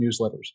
newsletters